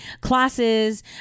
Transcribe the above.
classes